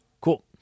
Cool